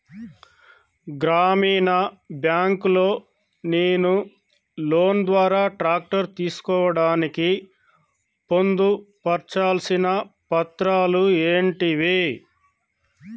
గ్రామీణ బ్యాంక్ లో నేను లోన్ ద్వారా ట్రాక్టర్ తీసుకోవడానికి పొందు పర్చాల్సిన పత్రాలు ఏంటివి?